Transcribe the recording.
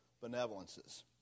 benevolences